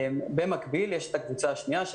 במקביל יש את הקבוצה השנייה,